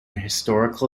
historical